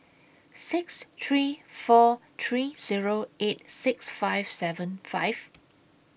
six three four three Zero eight six five seven five